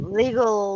legal